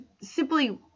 simply